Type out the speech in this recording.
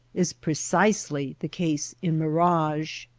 is precisely the case in mirage.